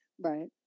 right